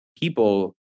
people